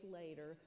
later